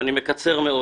ואני מקצר מאוד.